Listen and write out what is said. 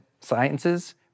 sciences